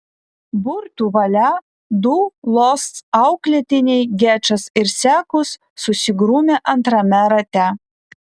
burtų valia du losc auklėtiniai gečas ir sekus susigrūmė antrame rate